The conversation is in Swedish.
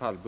En